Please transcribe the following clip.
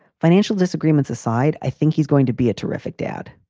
financial disagreements aside, i think he's going to be a terrific dad